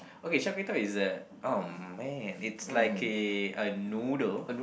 okay Char-Kway-Teow is the oh man it's like a a noodle